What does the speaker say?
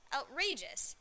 Outrageous